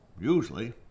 Usually